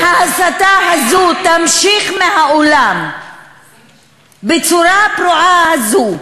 אם ההסתה הזו תמשיך מהאולם בצורה הפרועה הזו,